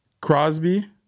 crosby